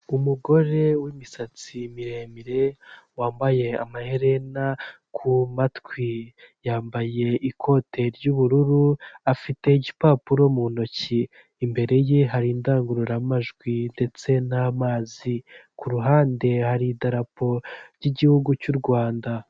Umugore w'imisatsi miremire wambaye amaherena ku matwi, yambaye ikote ry'ubururu, afite igipapuro mu ntoki, imbere ye hari indangururamajwi ndetse n'amazi, ku ruhande hari idarapo ry'igihugu cy'u Rwanda.